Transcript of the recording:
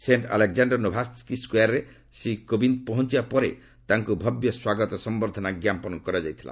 Saint Alexander Nevsky ସ୍କୋୟାର୍ରେ ଶ୍ରୀ କୋବିନ୍ଦ୍ ପହଞ୍ଚବା ପରେ ତାଙ୍କୁ ଭବ୍ୟ ସ୍ୱାଗତ ସମ୍ଭର୍ଦ୍ଧନା ଜ୍ଞାପନ କରାଯାଇଥିଲା